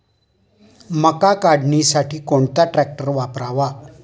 मका काढणीसाठी कोणता ट्रॅक्टर वापरावा?